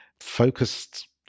focused